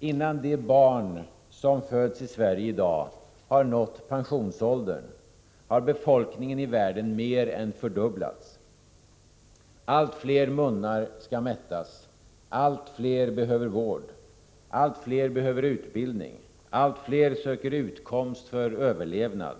Innan de barn som föds i Sverige i dag har uppnått pensionsåldern har befolkningen i världen mer än fördubblats. Allt fler munnar skall mättas. Allt fler behöver vård. Allt fler behöver utbildning. Allt fler söker utkomst för överlevnad.